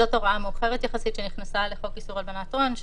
זאת הוראה מאוחרת יחסית שנכנסה לחוק איסור הלבנת הון,